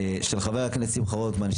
של חבר הכנסת שמחה רוטמן,